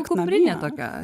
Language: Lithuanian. kuprinė tokia